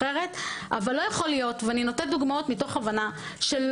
לא יכול להיות ואני נותנת דוגמאות מתוך הבנה שלא